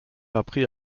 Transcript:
appris